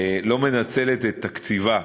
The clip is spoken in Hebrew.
לא מנצלת את תקציבה,